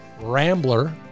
rambler